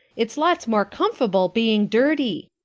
it's lots more comfable being dirty.